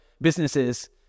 businesses